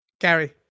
Gary